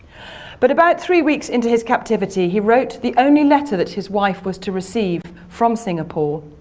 but about three weeks into his captivity he wrote the only letter that his wife was to receive from singapore,